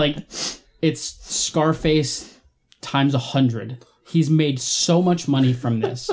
late it's scarface times one hundred he's made so much money from this